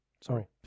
Sorry